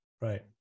Right